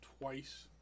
twice